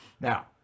Now